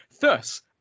Thus